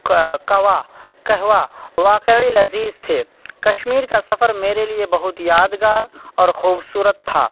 کوا کہوہ واقعی لذیذ تھے کشمیر کا سفر میرے لیے بہت یادگار اور خوبصورت تھا